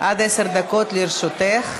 עד עשר דקות לרשותך.